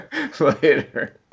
Later